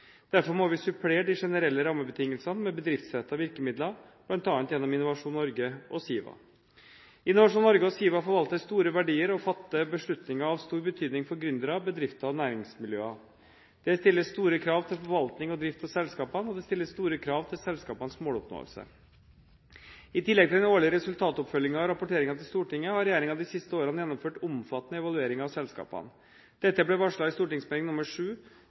Derfor må vi supplere de generelle rammebetingelsene med bedriftsrettede virkemidler, bl.a. gjennom Innovasjon Norge og SIVA. Innovasjon Norge og SIVA forvalter store verdier og fatter beslutninger av stor betydning for gründere, bedrifter og næringsmiljøer. Det stiller store krav til forvaltning og drift av selskapene, og det stilles store krav til selskapenes måloppnåelse. I tillegg til den årlige resultatoppfølgingen og rapporteringen til Stortinget, har regjeringen de siste årene gjennomført omfattende evalueringer av selskapene. Dette ble varslet i